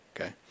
Okay